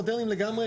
מודרניים לגמרי,